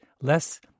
less